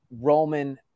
Roman